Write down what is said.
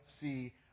see